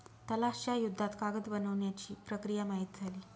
तलाश च्या युद्धात कागद बनवण्याची प्रक्रिया माहित झाली